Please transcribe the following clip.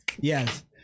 Yes